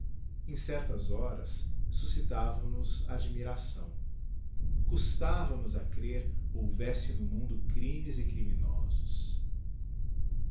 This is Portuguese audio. em certas horas suscitavam nos admiração custava nos a crer houvesse no mundo crimes e criminosos